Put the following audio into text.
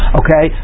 okay